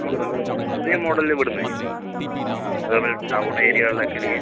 നമുക്ക് പുതിയ മോഡലില് വീട് മതി അതേപോല ടൗൺ ഏരിയകളിലൊക്കെ ആണെങ്കിൽ